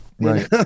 right